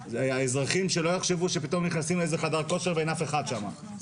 שהאזרחים לא יחשבו שפתאום נכנסים לחדר כושר ואין אף אחד שם.